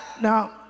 Now